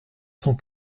cent